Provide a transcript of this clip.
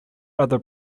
other